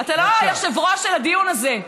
אתה לא היושב-ראש של הדיון הזה.